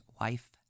wife